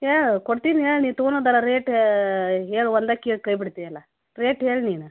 ಹೇಳು ಕೊಡ್ತೀನಿ ಹೇಳು ನೀ ತೊಗೊಳೋದಲ ರೇಟ ಹೇಳು ಒಂದಕ್ಕೆ ಹೇಳಿ ಕೈ ಬಿಡ್ತೀಯಲ್ಲ ರೇಟ್ ಹೇಳು ನೀನು